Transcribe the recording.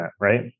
right